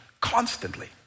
Constantly